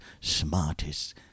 smartest